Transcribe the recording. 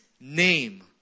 name